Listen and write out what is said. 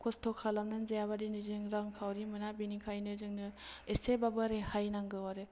खस्थ' खालामनानै जायाबा दिनै जों रांखावरि मोना बेनिखायनो जोंनो एसेबाबो रेहाय नांगौ आरो